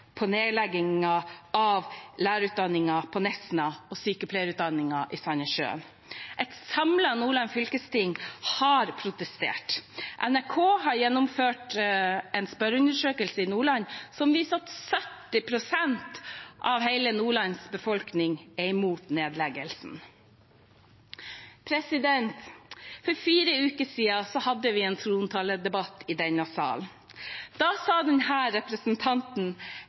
på nedleggingen av lærerutdanningen på Nesna og sykepleierutdanningen i Sandnessjøen. Et samlet Nordland fylkesting har protestert. NRK har gjennomført en spørreundersøkelse i Nordland som viser at 70 pst. av hele Nordlands befolkning er imot nedleggelsen. For fire uker siden hadde vi en trontaledebatt i denne sal. Da sa denne representanten,